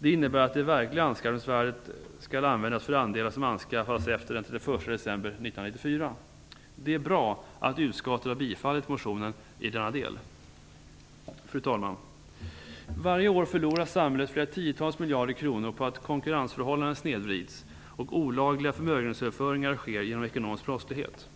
Det innebär att det verkliga anskaffningsvärdet skall användas för andelar som anskaffas efter den 31 december 1994. Det är bra att utskottet har tillstyrkt motionen i denna del. Fru talman! Varje år förlorar samhället flera tiotals miljarder kronor på att konkurrensförhållanden snedvrids och olagliga förmögenhetsöverföringar sker genom ekonomisk brottslighet.